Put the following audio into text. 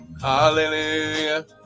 hallelujah